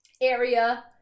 area